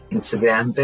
Instagram